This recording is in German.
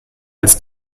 als